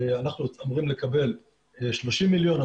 ואנחנו אמורים לקבל 30 מיליון,